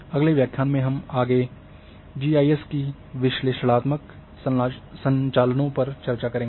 अगले व्याख्यान में हम आगे जी आई एस की विश्लेषणात्मक संचालनों पर चर्चा करेंगे